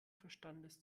verstandes